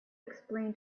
explain